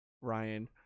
Ryan